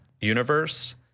universe